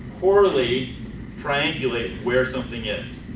poorly triangulate where something is.